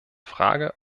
frage